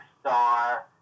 star